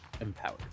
empowered